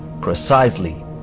precisely